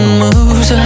moves